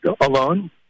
alone